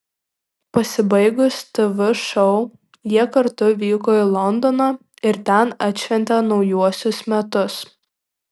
pasibaigus tv šou jie kartu vyko į londoną ir ten atšventė naujuosius metus